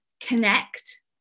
Connect